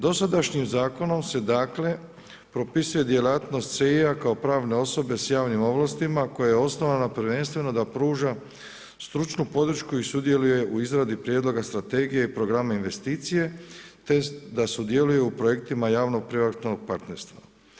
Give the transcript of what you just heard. Dosadašnjim zakonom se propisuje djelatnost CEI-a kao pravne osobe s javnim ovlastima koja je osnovana prvenstveno da pruža stručnu podršku i sudjeluje u izradi prijedloga strategije programe investicije, te da sudjeluje u Projektima javno privatnog partnerstva.